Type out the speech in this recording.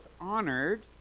honored